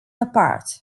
apart